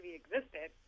existed